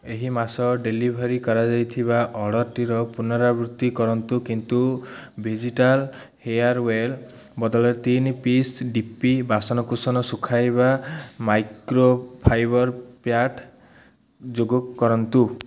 ଏହି ମାସ ଡେଲିଭର୍ କରାଯାଇଥିବା ଅର୍ଡ଼ର୍ଟିର ପୁନରାବୃତ୍ତି କରନ୍ତୁ କିନ୍ତୁ ଭେଜିଟାଲ ହେୟାର୍ୱେଲ୍ ବଦଳରେ ତିନି ପିସ୍ ଡି ପି ବାସନକୁସନ ଶୁଖାଇବା ମାଇକ୍ରୋଫାଇବର ପ୍ୟାଟ୍ ଯୋଗକରନ୍ତୁ